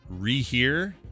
Rehear